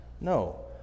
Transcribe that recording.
No